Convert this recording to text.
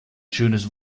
schönes